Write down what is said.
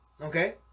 Okay